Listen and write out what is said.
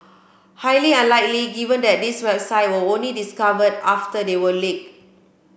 highly unlikely given that these website were only discovered after they were leaked